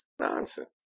nonsense